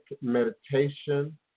meditation